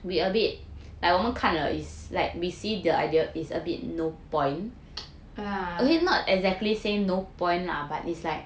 uh